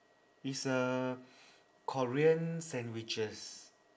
it's a korean sandwiches